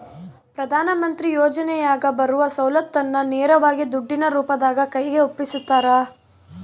ಪ್ರಧಾನ ಮಂತ್ರಿ ಯೋಜನೆಯಾಗ ಬರುವ ಸೌಲತ್ತನ್ನ ನೇರವಾಗಿ ದುಡ್ಡಿನ ರೂಪದಾಗ ಕೈಗೆ ಒಪ್ಪಿಸ್ತಾರ?